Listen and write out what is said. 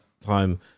time